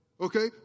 okay